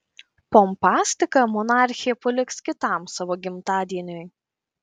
pompastiką monarchė paliks kitam savo gimtadieniui